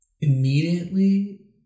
immediately